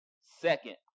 second